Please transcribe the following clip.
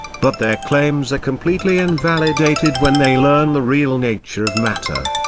but their claims are completely invalidated when they learn the real nature of matter.